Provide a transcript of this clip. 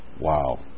Wow